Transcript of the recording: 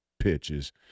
pitches